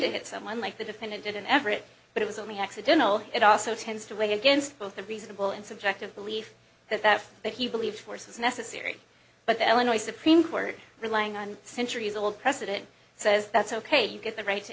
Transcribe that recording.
to hit someone like the defendant didn't ever it but it was only accidental it also tends to weigh against both the reasonable and subjective belief that that that he believes force is necessary but the illinois supreme court lying on a centuries old president says that's ok you get the right